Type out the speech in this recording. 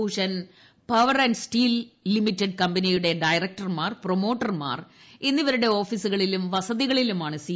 Bhushan power and steel limited കമ്പനിയുടെ ഡയറക്ടർമാർ പ്രോമോട്ടർമാർ എന്നിവരുടെ ഓഫീസുകളിലും വസതികളിലുമാണ് സി